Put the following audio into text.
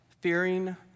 fearing